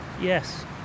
Yes